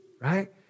right